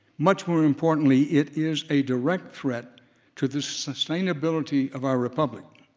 much more importantly it is a direct threat to the sustainability of our republic.